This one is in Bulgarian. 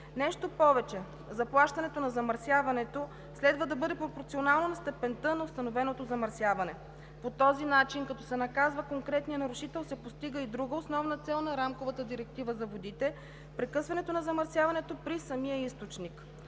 Нещо повече. Заплащането на замърсяването следва да бъде пропорционално на степента на установеното замърсяване. По този начин, като се наказва конкретният нарушител, се постига и друга основна цел на Рамковата директива за водите – прекъсването на замърсяването при самия източник.